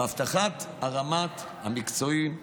והבטחת הרמה המקצועית הנלמדת.